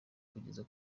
kugeza